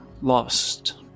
lost